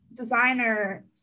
designer